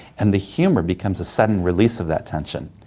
and the humour becomes a sudden release of that tension.